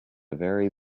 very